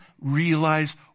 realize